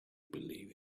believe